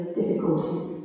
difficulties